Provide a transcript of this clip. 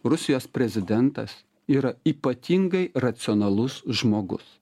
rusijos prezidentas yra ypatingai racionalus žmogus